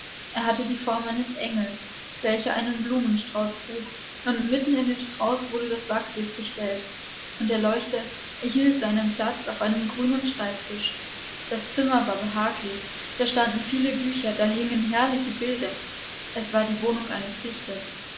er hatte die form eines engels welcher einen blumenstrauß trug und mitten in den strauß wurde das wachslicht gestellt und der leuchter erhielt seinen platz auf einem grünen schreibtisch das zimmer war behaglich da standen viele bücher da hingen herrliche bilder es war die wohnung eines dichters